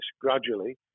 gradually